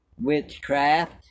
witchcraft